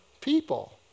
people